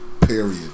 Period